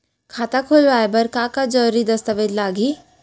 खाता खोलवाय बर का का जरूरी दस्तावेज लागही?